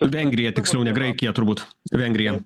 vengrija tiksliau ne graikija turbūt vengrija